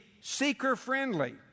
seeker-friendly